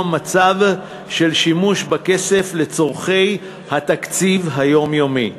מצב של שימוש בכסף לצורכי התקציב היומיומי,